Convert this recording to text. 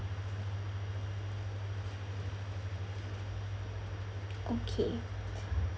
okay